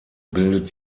bildet